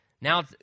Now